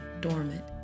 dormant